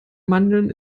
mandeln